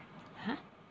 !huh!